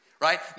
right